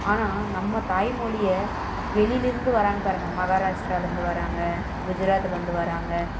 ஆனால் நம்ம தாய்மொழியை வெளியிலிருந்து வராங்க பாருங்க மகாராஷ்ட்ராலேந்து வராங்க குஜராத்திலேந்து வராங்க